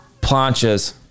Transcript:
planches